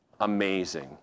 amazing